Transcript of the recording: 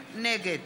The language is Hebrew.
נגד